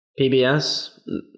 PBS